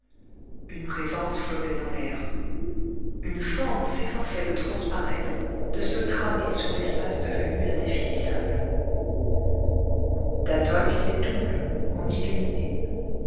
une présence flottait dans l'air une forme s'efforçait de transparaître de se tramer sur l'espace devenu indéfinissable d'athol vivait double en illuminé